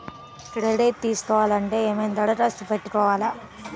Credit తీసుకోవాలి అంటే ఏమైనా దరఖాస్తు పెట్టుకోవాలా?